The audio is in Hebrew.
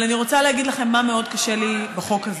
אני רוצה להגיד לכם מה מאוד קשה לי בחוק הזה.